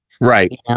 Right